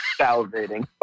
salivating